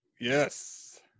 Yes